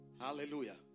Hallelujah